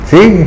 See